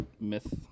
myth